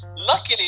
luckily